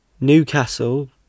Newcastle